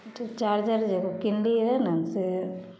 च् चार्जर जे एगो किनलियै रहए ने से